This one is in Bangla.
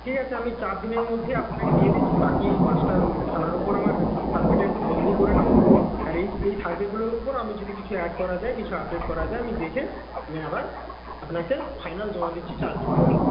ঠিক আছে আমি চার দিনের মধ্যেই আপনাকে দিয়ে দিচ্ছি বাকি এই পাঁচটা থানার ওপর আমার সার্ভেটা একটু জলদি করে নেব আর এই এই সার্ভেগুলোর উপর আমি যদি কিছু অ্যাড করা যায় কিছু আপডেট করা যায় আমি দেখে আমি আবার আপনাকে ফাইনাল জমা দিচ্ছি চার দিন পর